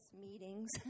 meetings